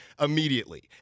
immediately